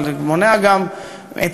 זה גם מונע את התהליך,